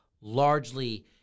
Largely